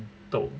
toh